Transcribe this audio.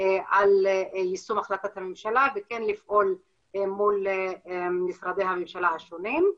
על יישום החלטת הממשלה וכן לפעול מול משרדי הממשלה השונים.